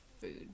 food